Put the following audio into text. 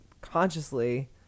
consciously